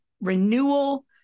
renewal